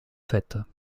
faites